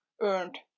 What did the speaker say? earned